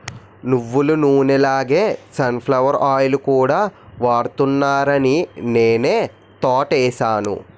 నువ్వులనూనె లాగే sunflower oil కూడా వాడుతున్నారాని నేనా తోటేసాను